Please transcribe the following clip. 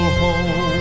home